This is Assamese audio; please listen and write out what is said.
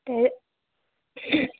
তে